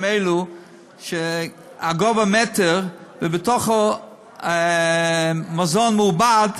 האלה בגובה מטר שבתוכם מזון מעובד,